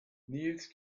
nils